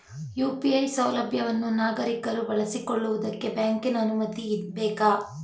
UPI ಸೌಲಭ್ಯವನ್ನು ನಾಗರಿಕರು ಬಳಸಿಕೊಳ್ಳುವುದಕ್ಕೆ ಬ್ಯಾಂಕಿನ ಅನುಮತಿ ಬೇಕೇ?